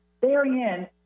therein